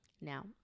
Now